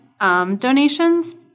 donations